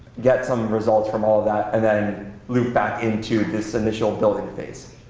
get some results from all of that, and then loop back into this initial building phase.